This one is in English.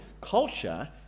culture